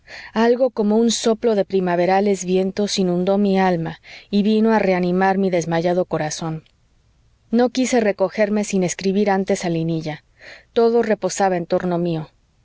algo como un soplo de primaverales vientos inundó mi alma y vino a reanimar mi desmayado corazón no quise recogerme sin escribir antes a linilla todo reposaba en torno mío